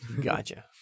gotcha